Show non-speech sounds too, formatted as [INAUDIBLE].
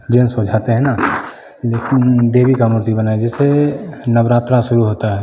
[UNINTELLIGIBLE] हो जाते हैं ना देवी का मूर्ति बनाए हैं जैसे नवरात्रा शुरू होता है